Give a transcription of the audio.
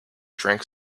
drank